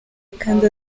kandi